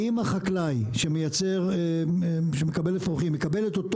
אם החקלאי שמקבל אפרוחים יקבל את אותו